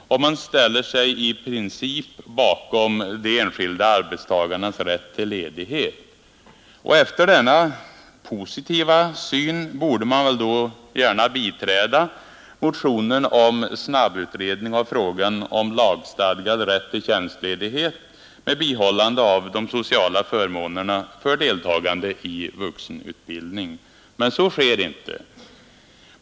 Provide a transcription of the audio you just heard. Man ställer sig också i princip bakom de enskilda arbetstagarnas rätt till ledighet för studier. Efter denna positiva syn borde man väl biträda motionen om snabbutredning av frågan om lagstadgad rätt till tjänstledighet för deltagande i vuxenutbildning med bibehållande av de sociala förmånerna. Men så sker inte.